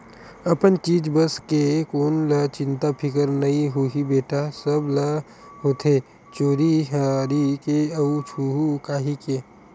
अपन चीज बस के कोन ल चिंता फिकर नइ होही बेटा, सब ल होथे चोरी हारी के अउ कुछु काही के